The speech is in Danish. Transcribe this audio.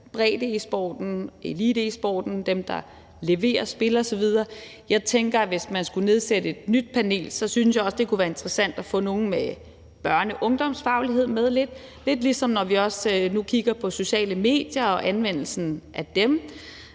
bredde-e-sporten, elite-e-sporten, dem, der leverer spil osv. Hvis man skulle nedsætte et nyt panel, synes jeg også, det kunne være interessant at få nogle med lidt børne- og ungdomsfaglighed med; lidt ligesom når vi nu også kigger på sociale medier og anvendelsen af dem,